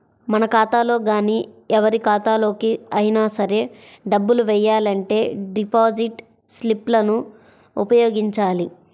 మన ఖాతాలో గానీ ఎవరి ఖాతాలోకి అయినా సరే డబ్బులు వెయ్యాలంటే డిపాజిట్ స్లిప్ లను ఉపయోగించాలి